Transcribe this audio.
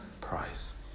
price